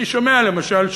אני שומע, למשל,